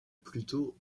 plutôt